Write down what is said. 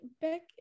Beck